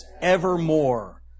evermore